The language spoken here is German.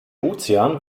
ozean